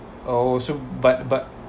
oh so but but